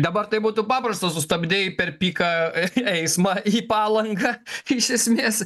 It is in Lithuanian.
dabar tai būtų paprasta sustabdei per piką eismą į palangą iš esmės